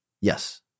Yes